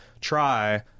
try